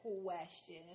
question